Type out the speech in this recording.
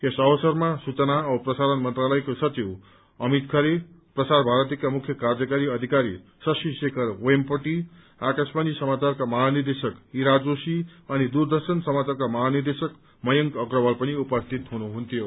यस अवसरमा सूचना औ प्रसारण मन्त्रालयका सचिव अमित खरे प्रसार भारतीका मुख्य कार्यकारी अधिकारी शशि शेखर वेमपटि आकाशवाणी समाचारका महानिदेशक ईरा जोशी अनि दूरदर्शन समाचारका महानिदेशक मयंक अग्रवाल पनि उपस्थित हुनुहुन्थ्यो